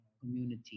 community